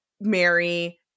Mary